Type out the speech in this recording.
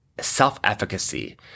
self-efficacy